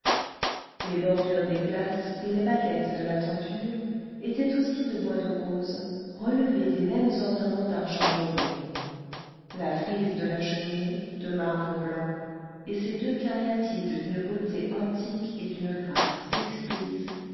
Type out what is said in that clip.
les bordures des glaces et les baguettes de la tenture étaient aussi de bois de rose relevé des mêmes ornements d'argent doré la frise de la cheminée de marbre blanc et ses deux cariatides d'une beauté antique et d'une grâce exquise